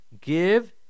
Give